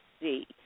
see